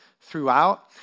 throughout